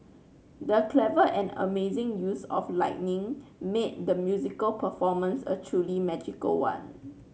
the clever and amazing use of lighting made the musical performance a truly magical one